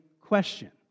question